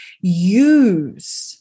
use